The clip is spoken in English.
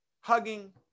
hugging